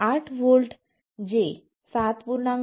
8 volt जे 7